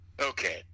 okay